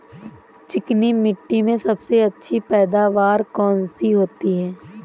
चिकनी मिट्टी में सबसे अच्छी पैदावार कौन सी होती हैं?